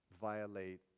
violate